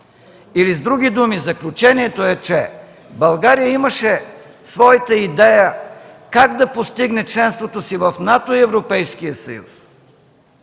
Или, с други думи, заключението е, че България имаше своята идея как да постигне членството си в НАТО и Европейския съюз,